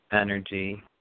Energy